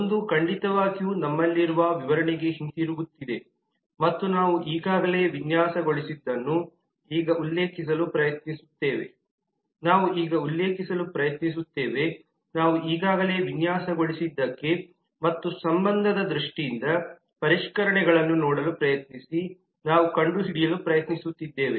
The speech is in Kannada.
ಒಂದು ಖಂಡಿತವಾಗಿಯೂ ನಮ್ಮಲ್ಲಿರುವ ವಿವರಣೆಗೆ ಹಿಂತಿರುಗುತ್ತಿದೆ ಮತ್ತು ನಾವು ಈಗಾಗಲೇ ವಿನ್ಯಾಸಗೊಳಿಸಿದ್ದನ್ನು ಈಗ ಉಲ್ಲೇಖಿಸಲು ಪ್ರಯತ್ನಿಸುತ್ತೇವೆನಾವು ಈಗ ಉಲ್ಲೇಖಿಸಲು ಪ್ರಯತ್ನಿಸುತ್ತೇವೆ ನಾವು ಈಗಾಗಲೇ ವಿನ್ಯಾಸಗೊಳಿಸಿದ್ದಕ್ಕೆ ಮತ್ತು ಸಂಬಂಧದ ದೃಷ್ಟಿಯಿಂದ ಪರಿಷ್ಕರಣೆಗಳನ್ನು ನೋಡಲು ಪ್ರಯತ್ನಿಸಿ ನಾವು ಕಂಡುಹಿಡಿಯಲು ಪ್ರಯತ್ನಿಸುತ್ತಿದ್ದೇವೆ